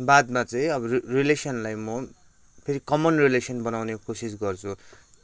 बादमा चाहिँ अब रिलेसनलाई म फेरि कमन रिलेसन बनाउने कोसिस गर्छु